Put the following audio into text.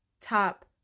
top